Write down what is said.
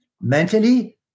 mentally